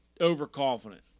overconfident